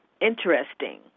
interesting